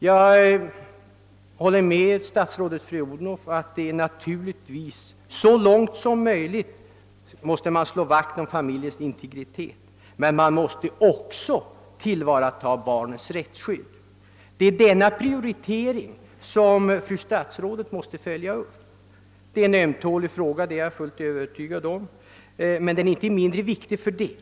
Jag håller med statsrådet fru Odhnoff om att vi så långt som möjligt skall slå vakt om familjens integritet, samtidigt som vi måste tillvarata barnets rättsskydd. Det är denna prioritering, som jag erkänner är svår, som statsrådet måste följa upp.